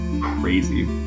crazy